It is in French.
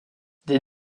des